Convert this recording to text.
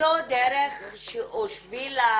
למצוא את דרך המלך